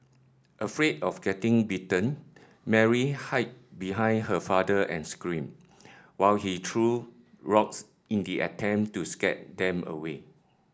afraid of getting bitten Mary hide behind her father and screamed while he threw rocks in the attempt to scare them away